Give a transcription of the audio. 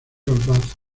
bath